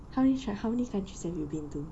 how many tr~ how many countries have you been to